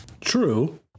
True